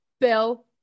Bill